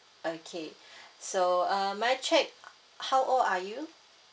okay so um may I check how old are you